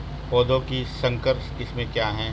पौधों की संकर किस्में क्या हैं?